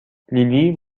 لیلی